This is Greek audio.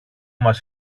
μας